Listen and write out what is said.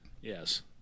Yes